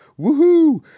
Woohoo